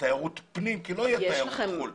לתיירות פנים כי לא תהיה תיירות מחוץ לארץ.